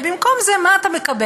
ובמקום זה, מה אתה מקבל?